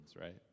right